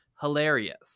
Hilarious